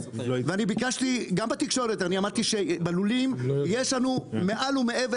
וגם בתקשורת אני אמרתי שבלולים יש לנו מעל ומעבר